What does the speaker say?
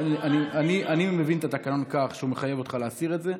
אני מבין את התקנון כך שהוא מחייב אותך להסיר את זה.